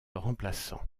remplaçant